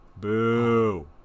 Boo